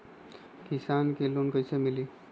किसान के लोन कैसे मिली?